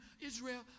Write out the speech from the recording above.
Israel